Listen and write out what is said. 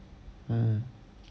uh